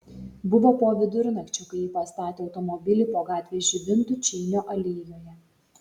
buvo po vidurnakčio kai ji pastatė automobilį po gatvės žibintu čeinio alėjoje